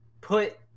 put